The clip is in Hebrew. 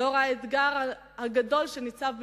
לנוכח האתגר הגדול שניצב בפניכם,